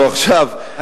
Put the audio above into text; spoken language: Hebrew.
לא עכשיו,